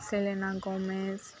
selena gomez